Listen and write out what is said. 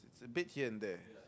it's a bit here and there